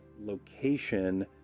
location